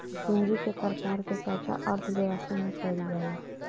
पूंजी के प्रकार के चर्चा अर्थव्यवस्था में कईल जाला